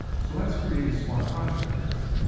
so let's create a smart contract for this!